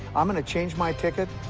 i'm gonna change my ticket.